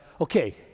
okay